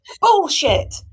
bullshit